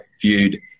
viewed